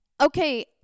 okay